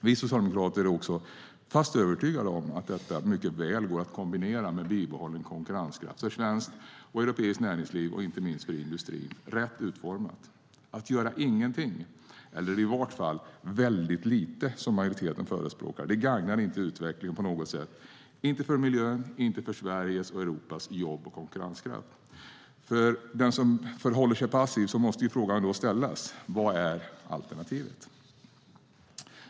Vi socialdemokrater är också fast övertygade om att detta, rätt utformat, mycket väl går att kombinera med bibehållen konkurrenskraft för svenskt och europeiskt näringsliv och inte minst för industrin. Att som majoriteten förespråkar göra ingenting, eller i varje fall väldigt lite, gagnar inte utvecklingen på något sätt - inte för miljön och inte för Sveriges och Europas jobb och konkurrenskraft. Till den som förhåller sig passiv måste frågan ställas: Vad är alternativet?